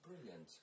brilliant